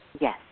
Yes